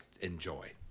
enjoy